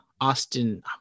Austin